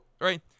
right